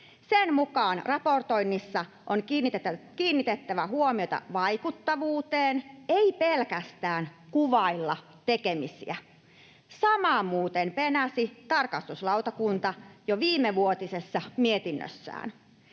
Sen mukaan raportoinnissa on kiinnitettävä huomiota vaikuttavuuteen, eli ei pelkästään kuvailla tekemisiä. Samaa muuten penäsi tarkastuslautakunta jo viimevuotisessa mietinnössään.